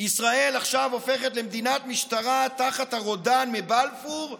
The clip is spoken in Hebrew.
ישראל הופכת עכשיו למדינת משטרה תחת הרודן מבלפור,